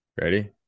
Ready